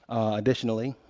additionally,